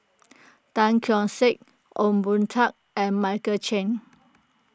Tan Keong Saik Ong Boon Tat and Michael Chiang